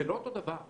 זה לא אותו דבר.